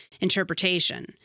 interpretation